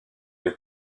les